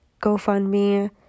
GoFundMe